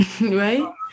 right